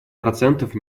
процентов